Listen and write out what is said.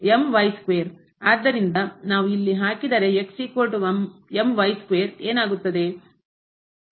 ಆದ್ದರಿಂದ ನಾವು ಇಲ್ಲಿಹಾಕಿದರೆ ಏನಾಗುತ್ತದೆ